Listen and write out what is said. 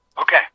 Okay